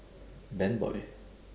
band boy